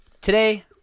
today